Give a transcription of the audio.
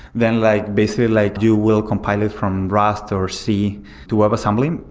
then like basically, like you will compile it from rust or c to webassembly.